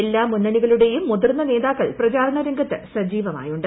എല്ലാ മുന്നണികളുടെയും മുതിർന്ന നേതാക്കൾ പ്രചാരണ രംഗത്ത് സജീവമായുണ്ട്